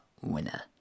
winner